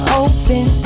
open